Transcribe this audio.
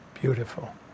beautiful